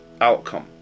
outcome